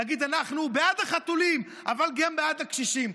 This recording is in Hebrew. כדי להגיד: אנחנו בעד החתולים אבל גם בעד הקשישים.